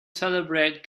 celebrate